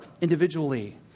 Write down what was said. individually